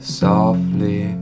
softly